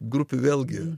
grupių vėlgi